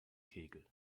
kegel